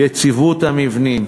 יציבות המבנים,